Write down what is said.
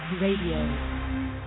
Radio